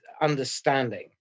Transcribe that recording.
understanding